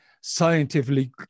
scientifically